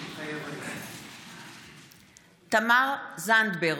מתחייב אני תמר זנדברג,